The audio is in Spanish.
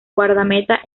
guardameta